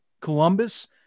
Columbus